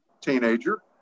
teenager